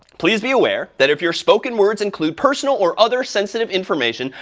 please be aware that if you're spoken words include personal or other sensitive information,